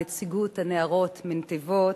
נציגות הנערות מנתיבות,